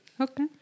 okay